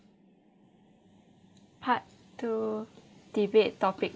part two debate topic